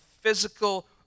physical